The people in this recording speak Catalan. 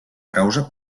causa